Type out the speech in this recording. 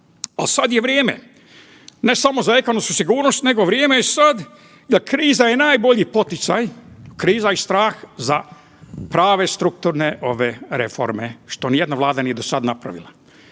A sad je vrijeme ne samo za ekonomsku sigurnost nego je vrijeme sad kriza je najbolji poticaj, kriza i strah za prave strukturne reforme, što nijedna vlada nije do sada napravila.